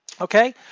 okay